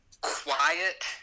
quiet